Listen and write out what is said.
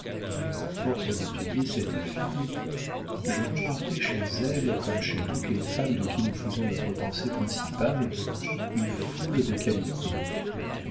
a force d'étudier cette fille je remarquai chez elle comme chez toutes les femmes de qui nous faisons notre pensée principale une foule de qualités